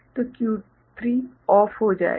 तो Q3 बंद हो जाएगा